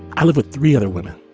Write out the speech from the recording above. i live with three other women.